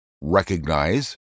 recognize